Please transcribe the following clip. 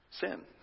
sin